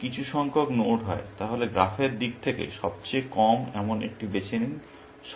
যদি m কিছু সংখ্যক নোড হয় তাহলে গ্রাফের দিক থেকে সবচেয়ে কম এমন একটি বেছে নিন